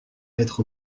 être